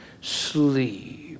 sleep